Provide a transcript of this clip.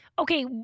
Okay